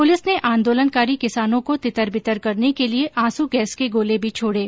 police ने आंदोलनकारी किसानों को तितर बितर करने के लिए आंसू गैस के गोले मी छोडे